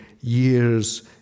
years